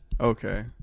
Okay